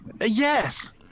yes